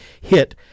hit